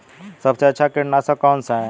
सबसे अच्छा कीटनाशक कौन सा है?